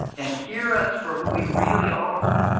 and hear us for who we really are,